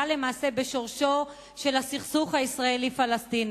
למעשה בשורשו של הסכסוך הישראלי-פלסטיני.